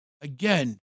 again